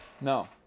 No